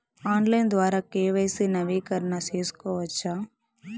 Online ద్వారా KYC నవీకరణ సేసుకోవచ్చా?